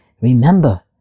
Remember